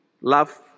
love